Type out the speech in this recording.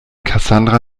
cassandra